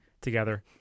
together